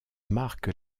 marque